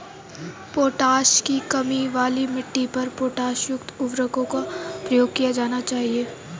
potash की कमी वाली मिट्टी पर पोटाशयुक्त उर्वरकों का प्रयोग किया जाना है